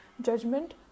judgment